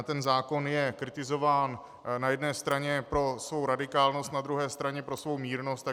Ten zákon je kritizován na jedné straně pro svou radikálnost, na druhé straně pro svou mírnost.